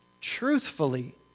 truthfully